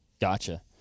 Gotcha